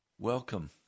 Welcome